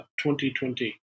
2020